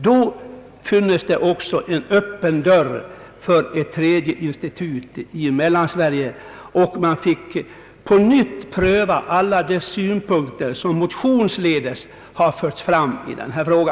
Då funnes det också en öppen dörr för ett tredje institut i Mellansverige, och man fick på nytt pröva alla de synpunkter som motionsledes förts fram i denna fråga.